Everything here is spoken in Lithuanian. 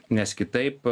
nes kitaip